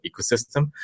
ecosystem